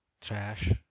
trash